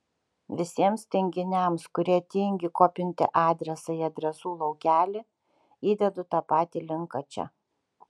visiems tinginiams kurie tingi kopinti adresą į adresų laukelį įdedu tą patį linką čia